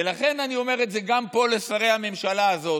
ולכן אני אומר את זה גם פה לשרי הממשלה הזאת: